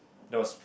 there was